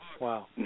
Wow